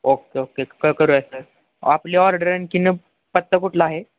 okay okay क करूया sir आपले ऑर्डर आणखी पत्ता कुठला आहे